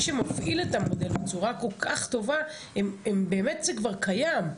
שמפעיל את המודל בצורה כל כך טובה הם באמת זה כבר קיים,